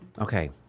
okay